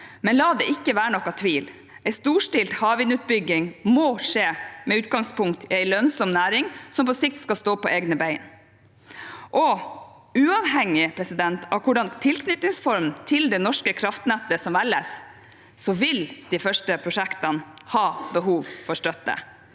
det likevel ikke være noen tvil: En storstilt havvindutbygging må skje med utgangspunkt i en lønnsom næring, som på sikt skal stå på egne bein. Uavhengig av hvilken tilknytningsform til det norske kraftnettet som velges, vil de første prosjektene ha behov for støtte.